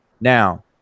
Now